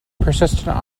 persistent